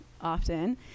often